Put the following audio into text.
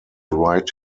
right